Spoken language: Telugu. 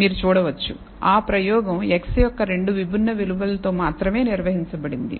మీరు చూడవచ్చు ఆ ప్రయోగం x యొక్క 2 విభిన్న విలువలతో మాత్రమే నిర్వహించబడింది